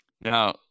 Now